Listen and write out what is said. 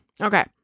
Okay